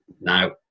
now